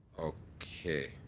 okay.